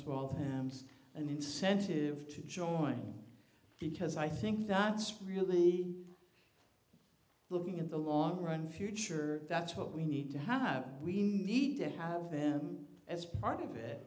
them an incentive to join because i think that's really looking in the long run future that's what we need to have we need to have them as part of it